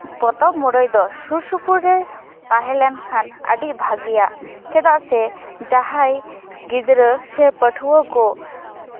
ᱯᱚᱛᱚᱵ ᱢᱩᱨᱟᱹᱭ ᱫᱚ ᱥᱩᱨ ᱥᱩᱯᱩᱨ ᱨᱮ ᱛᱟᱦᱮᱸ ᱞᱮᱱᱠᱷᱟᱱ ᱟᱹᱰᱤ ᱵᱷᱟᱜᱮᱭᱟ ᱪᱮᱫᱟᱜ ᱥᱮ ᱡᱟᱦᱟᱸᱭ ᱜᱤᱫᱽᱨᱟᱹ ᱥᱮ ᱯᱟᱹᱴᱷᱩᱣᱟᱹ ᱠᱚ